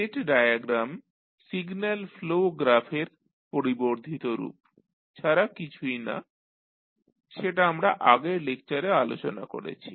state diagram signal flow গ্রাফের পরিবর্ধিত রূপ ছাড়া কিছুই না সেটা আমরা আগের লেকচারে আলোচনা করেছি